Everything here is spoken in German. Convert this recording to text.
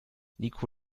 niko